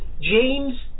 James